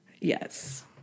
Yes